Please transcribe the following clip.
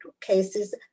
cases